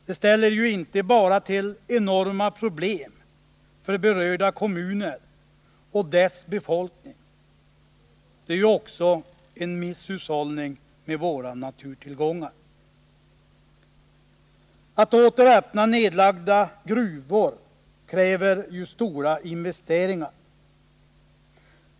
Det ställer inte bara till enorma problem för berörda kommuner och deras befolkning — det är också en misshushållning med våra naturtillgångar. Att åter öppna nedlagda gruvor kräver ju stora investeringar.